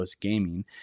gaming